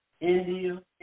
India